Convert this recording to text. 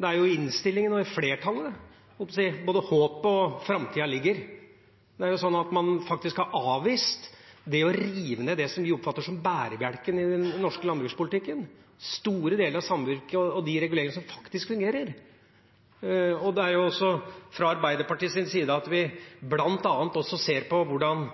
Det er jo i innstillinga, i flertallet, både håpet og framtida ligger. Man har faktisk avvist å rive ned det som vi oppfatter som bærebjelken i den norske landbrukspolitikken – store deler av samvirket og de reguleringene som faktisk fungerer. Det er jo også fra Arbeiderpartiets side vi bl.a. ser på hvordan